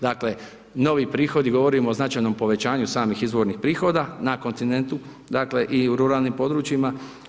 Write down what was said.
Dakle novi prihodi, govorimo o značajnom povećanju samih izvornih prihoda na kontinentu, dakle i u ruralnim područjima.